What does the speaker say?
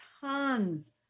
tons